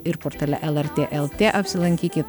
ir portale lrt lt apsilankykit